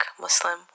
muslim